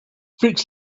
freak